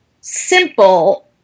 simple